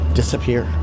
disappear